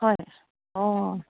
হয় অঁ